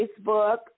Facebook